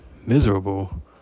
miserable